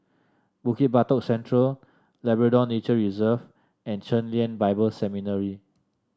Bukit Batok Central Labrador Nature Reserve and Chen Lien Bible Seminary